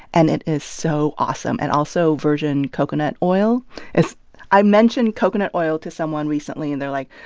and it is so awesome and also virgin coconut oil is i mentioned coconut oil to someone recently. and they were like,